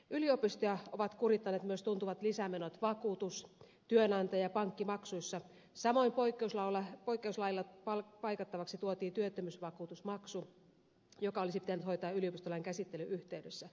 yliopistoja ovat kurittaneet myös tuntuvat lisämenot vakuutus työnantaja pankkimaksuissa samoin poikkeuslailla paikattavaksi tuotiin työttömyysvakuutusmaksu joka olisi pitänyt hoitaa yliopistolain käsittelyn yhteydessä